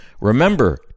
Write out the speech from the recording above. Remember